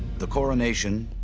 the coronation,